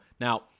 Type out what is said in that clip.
Now